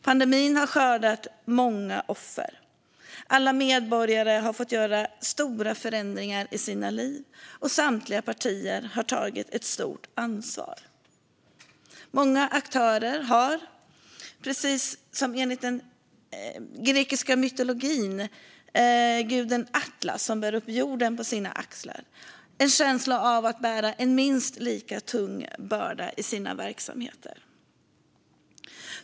Pandemin har skördat många offer. Alla medborgare har fått göra stora förändringar i sina liv, och samtliga partier har tagit ett stort ansvar. Enligt den grekiska mytologin bär guden Atlas jorden på sina axlar. Många aktörer har en känsla av att de bär en minst lika tung börda i sina verksamheter.